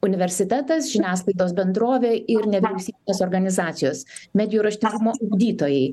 universitetas žiniasklaidos bendrovė ir nevyriausybinės organizacijos medijų raštingumo ugdytojai